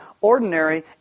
ordinary